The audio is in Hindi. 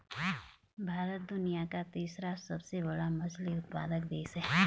भारत दुनिया का तीसरा सबसे बड़ा मछली उत्पादक देश है